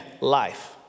life